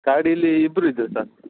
ಗಾಡಿಯಲ್ಲಿ ಇಬ್ಬರು ಇದ್ದರು ಸರ್